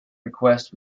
request